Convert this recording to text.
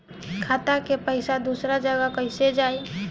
खाता से पैसा दूसर जगह कईसे जाई?